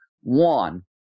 One